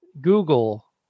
Google